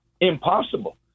impossible